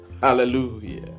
Hallelujah